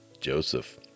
Joseph